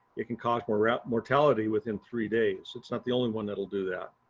it can cause mortality mortality within three days, it's not the only one that will do that.